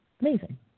Amazing